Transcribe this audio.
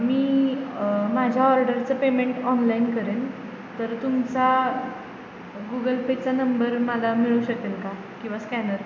मी माझ्या ऑर्डरचं payment online करेन तर तुमचा गुगल पेचा नंबर मला मिळू शकेल का किंवा स्कॅनर